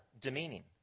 demeaning